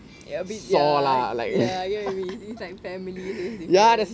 a bit ya ya I get what you mean it's like family different